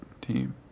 team